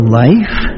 life